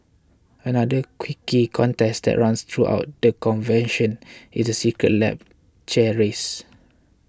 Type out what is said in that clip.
another quirky contest that runs throughout the convention is the Secret Lab chair race